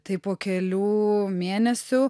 tai po kelių mėnesių